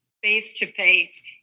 face-to-face